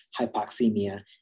hypoxemia